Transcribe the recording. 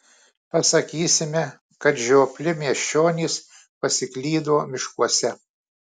pasakysime kad žiopli miesčionys pasiklydo miškuose